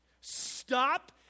Stop